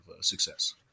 success